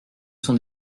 sont